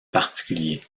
particulier